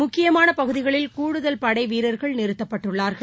முக்கியமான பகுதிகளில் கூடுதல் படை வீரர்கள் நிறுத்தப்பட்டுள்ளார்கள்